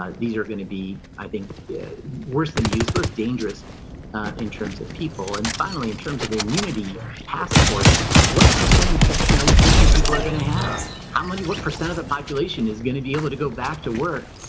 ah these are going to be i think worse than useless dangerous, ah in terms of people and finally in terms of the immunity passports what percent infection are we thinking people are going to have how many what percent of the population is going to be able to go back to work?